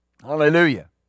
Hallelujah